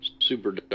super